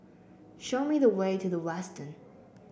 show me the way to The Westin